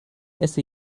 esse